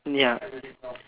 ya